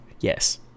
Yes